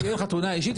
תהיה לך תאונה אישית,